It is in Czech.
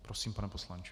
Prosím, pane poslanče.